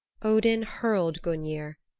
odin hurled gungnir.